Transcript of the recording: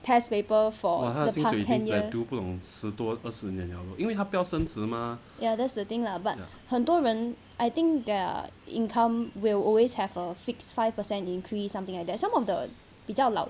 test paper for the past ten years ya that's the thing lah but 很多人 I think their income will always have a fixed five percent increase something like that some of the 比较老